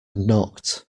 knocked